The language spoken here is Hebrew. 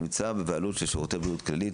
הנמצא בבעלות של שירותי בריאות כללית,